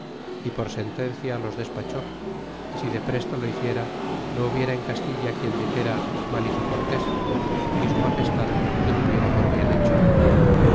y por sentencia los despaché y si deprestalo hiciera no hubiera en castilla quien dixera mal hizo cortés y su magestad lo tuviera por bien hecho